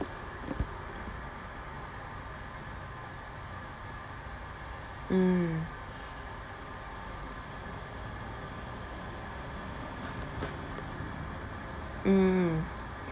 mm mm